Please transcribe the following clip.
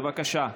בבקשה.